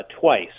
twice